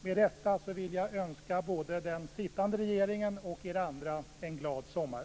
Med detta vill jag önska både den sittande regeringen och er andra en glad sommar.